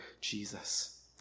Jesus